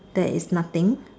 there is nothing